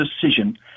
decision